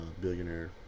billionaire